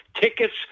tickets